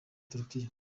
turukiya